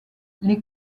les